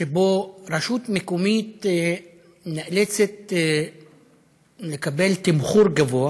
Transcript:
שרשות מקומית נאלצת לקבל תמחור גבוה